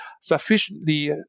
sufficiently